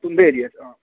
तुं'दे एरिया च आं